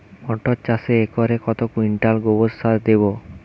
মটর চাষে একরে কত কুইন্টাল গোবরসার দেবো?